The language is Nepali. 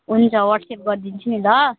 हुन्छ वाट्सएप गरिदिन्छु नि ल